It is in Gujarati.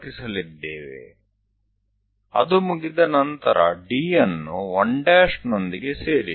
એકવાર તે થઈ જાય પછી D ને 1 સાથે જોડો અને એવું બધું